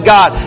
God